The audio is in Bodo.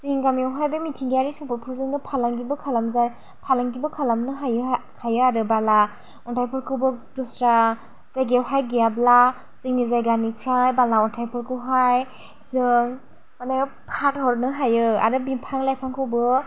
जोंनि गामियावहाय बे मिथिंगायारि सम्पदफोरजोंनो फालांगिबो खालामजा फालांगिबो खालामनो हायो हायो आरो बाला अन्थाइफोरखौबो दस्रा जायगायावहाय गैयाब्ला जोंनि जायगानिफ्राय बाला अन्थाइफोरखौहाय जों मानि फानहरनो हायो आरो बिफां लाइफांखौबो